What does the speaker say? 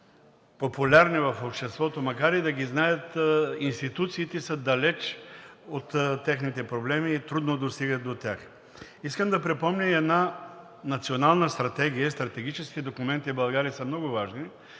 макар и да ги знаят, институциите са далеч от техните проблеми и трудно достигат до тях. Искам да припомня една Национална стратегия, а стратегическите документи в България са много важни